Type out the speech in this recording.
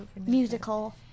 musical